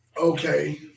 Okay